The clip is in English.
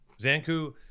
Zanku